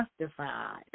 justified